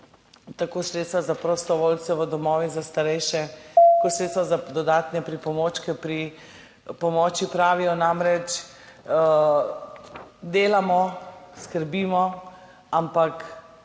tako sredstva za prostovoljce v domovih za starejše kot sredstva za dodatne pripomočke pri pomoči, pravijo namreč, delamo, skrbimo, ampak